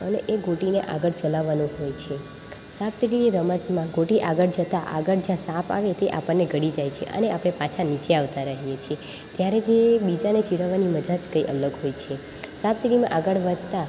અને એ ગોટીને આગળ ચલાવવાનું હોય છે સાપ સીડીની રમતમાં ગોટી આગળ જતાં આગળ જ્યાં સાપ આવે તે આપણને ગળી જાય છે અને આપણે પાછા નીચે આવતા રહીએ છીએ ત્યારે જે બીજાને ચીડવવાની મજા જ કંઈ અલગ હોય છે સાપ સીડીમાં આગળ વધતાં